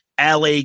LA